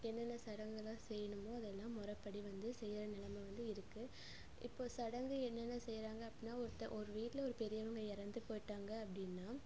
என்னென்ன சடங்கெல்லாம் செய்யணுமோ அதெல்லாம் முறப்படி வந்து செய்யிற நிலம வந்து இருக்கு இப்போ சடங்கு என்னென்ன செய்யறாங்க அப்படினா ஒருத்த ஒரு வீட்டில் ஒரு பெரியவங்க இறந்து போயிவிட்டாங்க அப்படீன்னா